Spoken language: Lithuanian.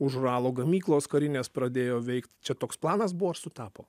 už uralo gamyklos karinės pradėjo veikti čia toks planas buvo ar sutapo